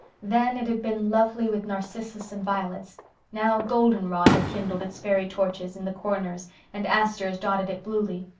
then it had been lovely with narcissus and violets now golden rod had kindled its fairy torches in the corners and asters dotted it bluely.